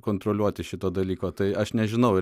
kontroliuoti šito dalyko tai aš nežinau